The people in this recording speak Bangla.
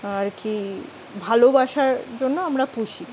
আর কি ভালোবাসার জন্য আমরা পুষি